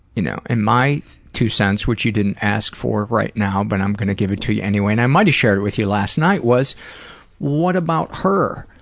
you know and my two cents, which you didn't ask for right now but i'm gonna give it to you anyway, and i might have shared it with you last night, was what about her?